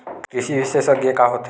कृषि विशेषज्ञ का होथे?